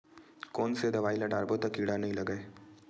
कोन से दवाई ल डारबो त कीड़ा नहीं लगय?